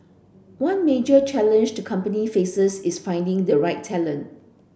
one major challenge the company faces is finding the right talent